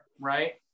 right